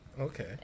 okay